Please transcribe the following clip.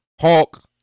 Hulk